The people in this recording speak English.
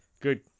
Good